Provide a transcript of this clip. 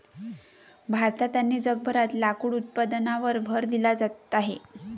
भारतात आणि जगभरात लाकूड उत्पादनावर भर दिला जात आहे